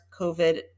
COVID